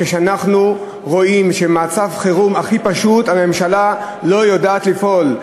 כשאנחנו רואים שבמצב חירום הכי פשוט הממשלה לא יודעת לפעול?